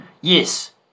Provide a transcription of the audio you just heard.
Yes